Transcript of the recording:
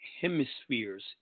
hemispheres